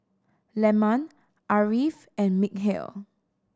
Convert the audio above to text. Leman Ariff and Mikhail